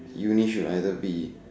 uni should either be